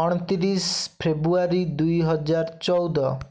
ଅଣତିରିଶ ଫେବୃଆରୀ ଦୁଇହଜାର ଚଉଦ